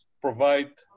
provide